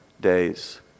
days